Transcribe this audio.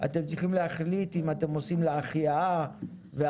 אתם צריכים להחליט אם אתם עושים לה החייאה והרחבה.